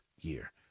year